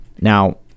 Now